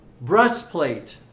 breastplate